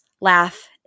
laugh